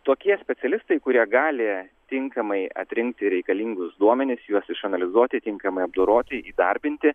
tokie specialistai kurie gali tinkamai atrinkti reikalingus duomenis juos išanalizuoti tinkamai apdoroti įdarbinti